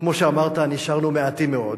כמו שאמרת, נשארנו מעטים מאוד,